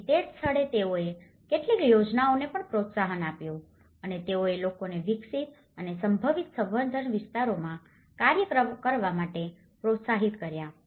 તેથી તે જ સ્થળે તેઓએ કેટલીક યોજનાઓને પણ પ્રોત્સાહન આપ્યું છે અને તેઓએ લોકોને વિકસિત અને સંભવિત સંવર્ધન વિસ્તારોમાં કાર્ય કરવા પ્રોત્સાહિત કર્યા છે